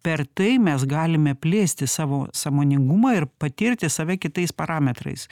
per tai mes galime plėsti savo sąmoningumą ir patirti save kitais parametrais